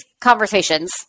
conversations